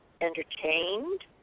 entertained